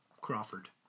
crawford